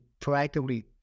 proactively